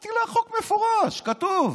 אמרתי לה: החוק מפורש, כתוב.